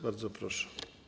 Bardzo proszę.